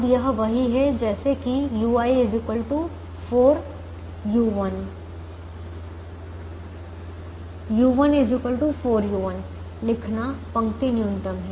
अब यह वही है जैसे कि u1 4u1 लिखना पंक्ति न्यूनतम है